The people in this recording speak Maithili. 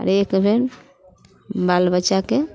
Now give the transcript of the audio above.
आओर एकमे बाल बच्चाके